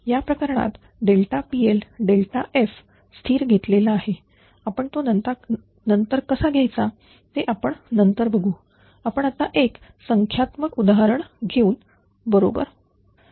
या प्रकरणात PLf स्थिर घेतलेला आहे आपण तो नंतर कसा घ्यायचा ते आपण नंतर बघू आपण आता एक संख्यात्मक उदाहरण घेऊ बरोबर